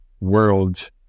world